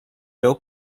bill